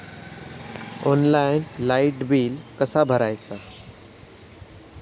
Online light bill कसा भरायचा?